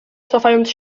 cofając